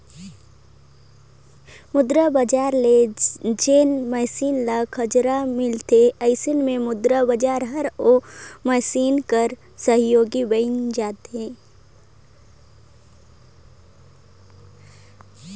मुद्रा बजार ले जेन मइनसे ल खरजा मिलथे अइसे में मुद्रा बजार हर ओ मइनसे कर सहयोगी बइन जाथे